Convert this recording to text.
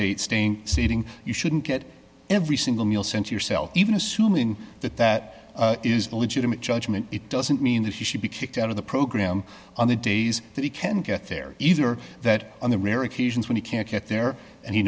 date staying sitting you shouldn't get every single meal since yourself even assuming that that is a legitimate judgment it doesn't mean that you should be kicked out of the program on the days that you can get there either or that on the rare occasions when you can't get there and he